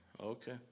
okay